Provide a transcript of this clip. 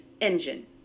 engine